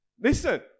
Listen